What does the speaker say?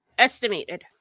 Estimated